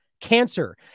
cancer